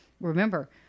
Remember